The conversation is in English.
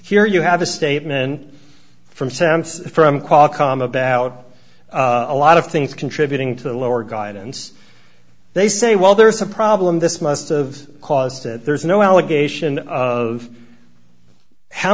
here you have a statement from sam's from qualcomm about a lot of things contributing to lower guidance they say well there's a problem this must of caused it there's no allegation of how